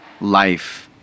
life